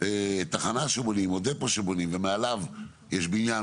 תחנה שבונים או דפו שבונים ומעליו יש בניין,